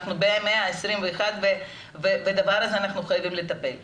אנחנו במאה ה-21 ואנחנו חייבים לטפל בדבר הזה.